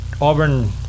auburn